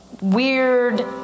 weird